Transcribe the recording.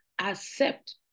accept